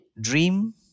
dream